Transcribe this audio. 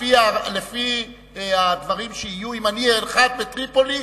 לפי הדברים שיהיו: אם אני אנחת בטריפולי,